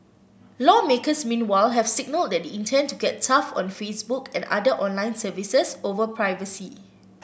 lawmakers meanwhile have signalled that intend to get tough on Facebook and other online services over privacy